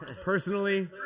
Personally